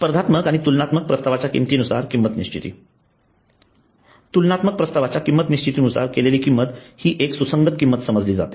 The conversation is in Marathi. स्पर्धात्मक आणि तुलनात्मक प्रस्तावाच्या किंमतीनुसार किंमत निश्चिती तुलनात्मक प्रस्तावाच्या किंमतीं नुसार निश्चित केलेली किंमत हि एक सुसंगत किंमत समजली जाते